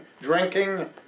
drinking